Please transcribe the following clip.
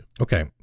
Okay